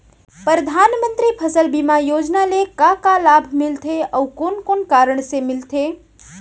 परधानमंतरी फसल बीमा योजना ले का का लाभ मिलथे अऊ कोन कोन कारण से मिलथे?